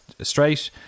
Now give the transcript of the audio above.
straight